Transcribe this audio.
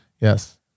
Yes